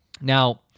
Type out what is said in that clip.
Now